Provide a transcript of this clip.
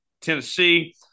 Tennessee